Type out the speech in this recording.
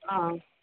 ఆ